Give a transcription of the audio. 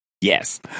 Yes